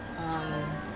um